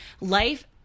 Life